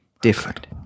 different